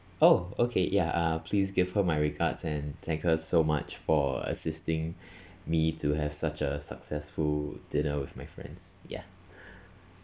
oh okay ya uh please give her my regards and thank her so much for assisting me to have such a successful dinner with my friends ya